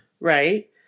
Right